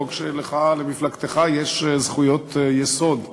חוק שלך, למפלגתך, יש זכויות יסוד בו,